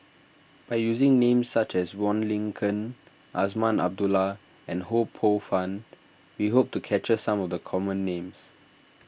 by using names such as Wong Lin Ken Azman Abdullah and Ho Poh Fun we hope to capture some of the common names